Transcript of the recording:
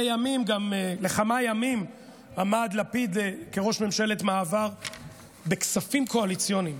לכמה ימים עמד לפיד כראש ממשלת מעבר בכספים קואליציוניים